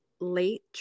late